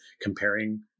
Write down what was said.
comparing